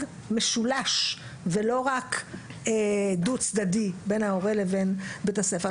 משולש ולא רק דו צדדי בין ההורה לבין בית הספר.